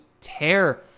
tear